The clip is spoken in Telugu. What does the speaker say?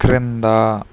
క్రింద